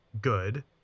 Good